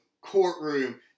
courtroom